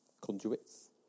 conduits